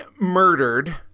murdered